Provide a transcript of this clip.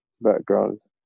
backgrounds